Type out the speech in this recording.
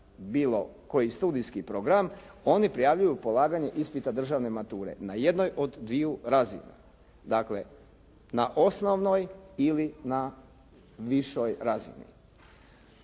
bilo koji studijski program, oni prijavljuju polaganje ispita državne mature na jednoj od dviju razina. Dakle, na osnovnoj ili na višoj razini.